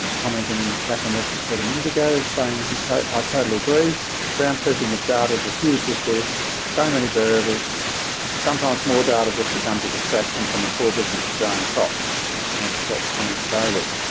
commenting back on what you said a minute ago saying he tight are totally agree ground truthing of dad is a huge issue so many variables and sometimes more data just becomes a distraction from the core business of grind crops thanks that comment dive it